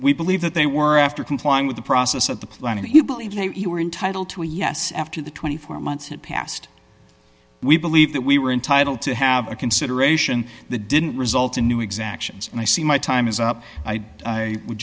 we believe that they were after complying with the process of the plan and you believe they were entitled to a yes after the twenty four months had passed we believe that we were entitled to have a consideration the didn't result in new exactions and i see my time is up i would